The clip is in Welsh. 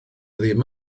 ddim